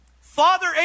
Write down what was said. Father